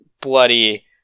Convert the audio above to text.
bloody